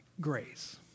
grace